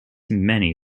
many